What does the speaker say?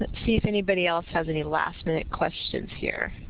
see if anybody else has any last minute questions here.